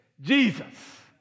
Jesus